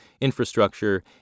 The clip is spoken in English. infrastructure